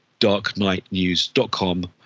DarkKnightNews.com